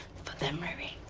for them, ray ray.